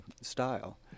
style